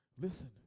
listen